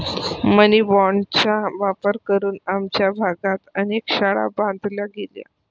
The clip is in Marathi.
मनी बाँडचा वापर करून आमच्या भागात अनेक शाळा बांधल्या गेल्या